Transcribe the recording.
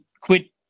quit